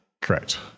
correct